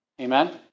Amen